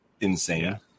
insane